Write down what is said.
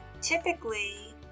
typically